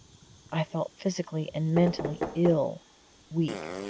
i felt physically and mentally ill weak.